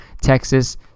Texas